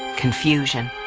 confusion,